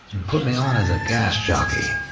and put me on as a gas jockey.